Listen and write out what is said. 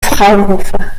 fraunhofer